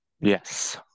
Yes